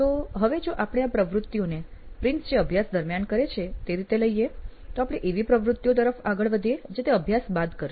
તો હવે જો આપણે આ પ્રવૃત્તિઓને પ્રિન્સ જે અભ્યાસ દરમિયાન કરે છે તે રીતે લઈએ તો આપણે એવી પ્રવૃતિઓ તરફ આગળ વધીએ જે તે અભ્યાસ બાદ કરશે